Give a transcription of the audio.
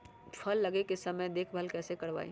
फल लगे के समय देखभाल कैसे करवाई?